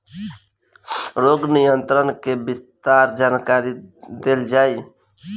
रोग नियंत्रण के विस्तार जानकरी देल जाई?